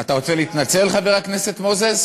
אתה רוצה להתנצל, חבר הכנסת מוזס?